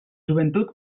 joventut